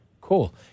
Cool